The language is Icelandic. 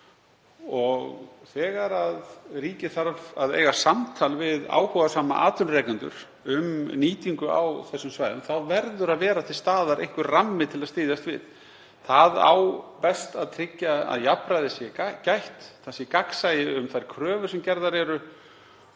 Þegar ríkið þarf að eiga samtal við áhugasama atvinnurekendur, um nýtingu á þessum svæðum, þá verður að vera til staðar einhver rammi til að styðjast við. Það á best að tryggja að jafnræðis sé gætt, það sé gagnsæi um þær kröfur sem gerðar eru